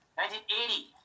1980